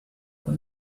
what